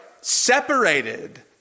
separated